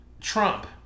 Trump